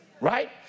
right